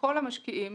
שכל המשקיעים